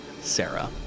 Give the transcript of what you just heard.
Sarah